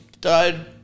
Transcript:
died